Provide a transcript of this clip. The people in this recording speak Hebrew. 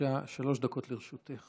בבקשה, שלוש דקות לרשותך.